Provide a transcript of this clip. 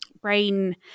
brain